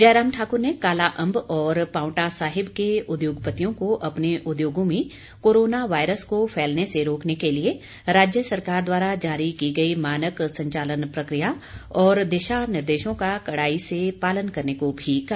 जयराम ठाकुर ने कालाअंब और पांवटा साहिब के उद्योगपतियों को अपने उद्योगों में कोरोना वायरस को फैलने से रोकने के लिए राज्य सरकार द्वारा जारी की गई मानक संचालन प्रक्रिया और दिशानिर्देशों का कड़ाई से पालन करने को भी कहा